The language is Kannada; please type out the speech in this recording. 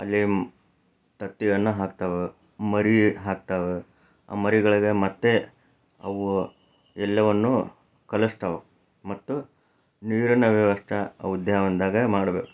ಅಲ್ಲಿ ತತ್ತಿಯನ್ನ ಹಾಕ್ತಾವೆ ಮರಿ ಹಾಕ್ತಾವೆ ಆ ಮರಿಗಳಿಗೆ ಮತ್ತು ಅವು ಎಲ್ಲವನ್ನೂ ಕಲಸ್ತಾವೆ ಮತ್ತು ನೀರಿನ ವ್ಯವಸ್ಥೆ ಆ ಉದ್ಯಾನವನ್ದಾಗ ಮಾಡಬೇಕು